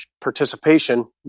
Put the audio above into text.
participation